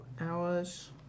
hours